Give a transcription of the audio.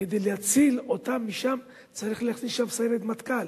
וכדי להציל אותן משם צריך להכניס שם סיירת מטכ"ל,